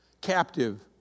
captive